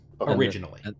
Originally